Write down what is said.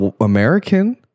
American